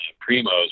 Primo's